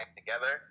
together